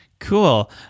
Cool